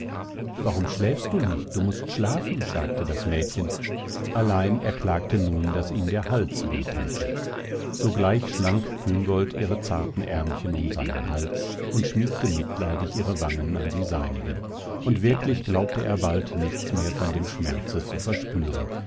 warum schläfst du nicht du mußt schlafen sagte das mädchen allein er klagte nun daß ihm der hals weh täte sogleich schlang küngolt ihre zarten ärmchen um seinen hals und schmiegte mitleidig ihre wangen an die seinigen und wirklich glaubte er bald nichts mehr von dem schmerze zu verspüren